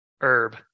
herb